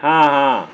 हां हां